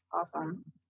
Awesome